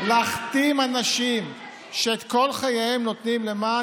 להכתים אנשים שאת כל חייהם נותנים למען